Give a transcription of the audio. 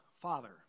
Father